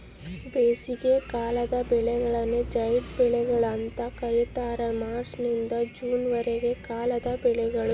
ಬೇಸಿಗೆಕಾಲದ ಬೆಳೆಗಳನ್ನು ಜೈಡ್ ಬೆಳೆಗಳು ಅಂತ ಕರೀತಾರ ಮಾರ್ಚ್ ನಿಂದ ಜೂನ್ ವರೆಗಿನ ಕಾಲದ ಬೆಳೆಗಳು